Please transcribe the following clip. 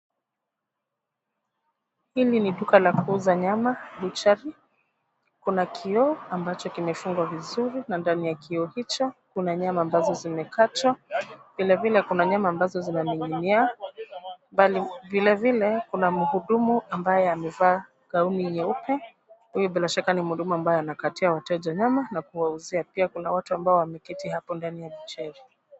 Hili ni duka la kuuza nyama, butchery . Kuna kioo ambacho kimefungwa vizuri na ndani ya kioo hicho kuna nyama ambazo zimekatwa. Vilevile kuna nyama ambazo zimemiminia. Vilevile kuna mhudumu ambaye amevaa gauni nyeupe. Huyo bila shaka ni mhudumu ambaye anakatia wateja nyama na kuwauzia pia kuna watu ambao wameketi hapo ndani ya butchery .